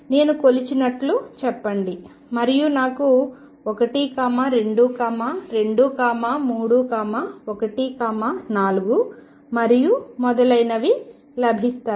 నేను కొలిచినట్లు చెప్పండి మరియు నాకు 1 2 2 3 1 4 మరియు మొదలైనవి లభిస్తాయి